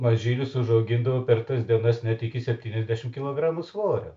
mažylius užaugindavo per tas dienas net iki septyniasdešim kilogramų svorio